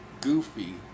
goofy